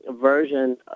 version